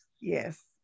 Yes